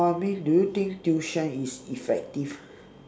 no I mean do you think tuition is effective